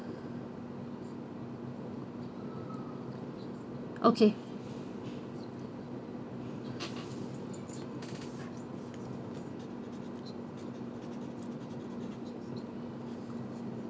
okay